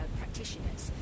practitioners